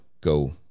go